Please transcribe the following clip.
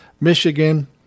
Michigan